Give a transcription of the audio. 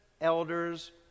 elders